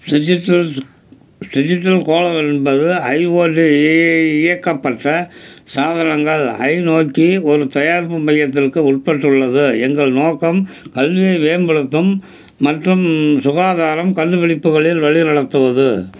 digital digital கோளம் என்பது IoT இயக்கப்பட்ட சாதனங்கள் ஐ நோக்கி ஒரு தயாரிப்பு மையத்திற்கு உட்பட்டுள்ளது எங்கள் நோக்கம் கல்வியை மேம்படுத்தும் மற்றும் சுகாதாரம் கண்டுபிடிப்புகளில் வழிநடத்துவது